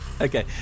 Okay